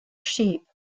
sheep